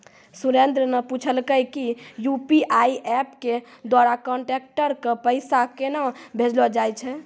सुरेन्द्र न पूछलकै कि यू.पी.आई एप्प के द्वारा कांटैक्ट क पैसा केन्हा भेजलो जाय छै